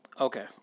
Okay